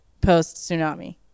post-tsunami